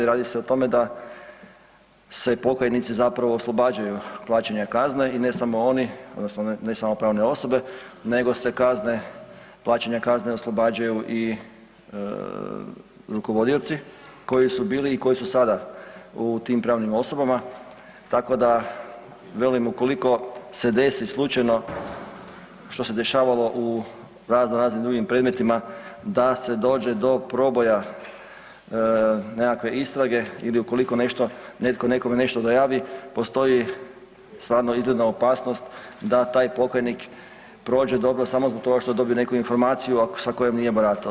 Radi se o tome da se pokajnici zapravo oslobađaju plaćanja kazne i ne samo oni odnosno ne samo pravne osobe nego se kazne, plaćanja kazne oslobađaju i rukovodioci koji su bili i koji su sada u tim pravnim osobama tako da velim da ukoliko se desi slučajno što se dešavalo u razno raznim drugim predmetima da se dođe do proboja nekakve istrage ili ukoliko nešto, netko nekome nešto dojavi postoji stvarno izgledna opasnost da taj pokajnik prođe dobro samo zbog toga što je dobio neku informaciju a sa kojom nije baratao.